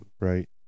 right